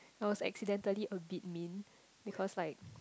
I was accidentally a bit mean because like